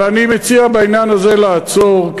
אבל אני מציע בעניין הזה לעצור,